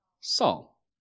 Saul